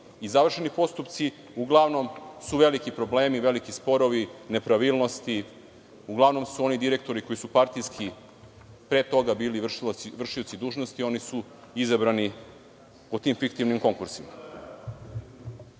i završeni postupci, uglavnom su veliki problemi i veliki sporovi, nepravilnosti, uglavnom su oni direktori koji su partijski pre toga bili vršioci dužnosti i oni su izabrani po tim fiktivnim konkursima. Gospodine